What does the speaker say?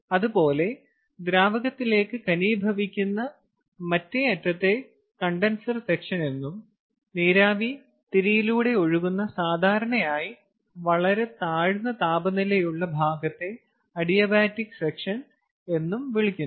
അതുപോലെ ദ്രാവകത്തിലേക്ക് ഘനീഭവിക്കുന്ന മറ്റേ അറ്റത്തെ കണ്ടൻസർ സെക്ഷൻ എന്നും നീരാവി തിരിയിലൂടെ ഒഴുകുന്ന സാധാരണയായി വളരെ താഴ്ന്ന താപനിലയിലുള്ള ഭാഗത്തെ അഡിയാബാറ്റിക് സെക്ഷൻ എന്ന് വിളിക്കുന്നു